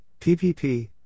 PPP